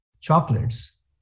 chocolates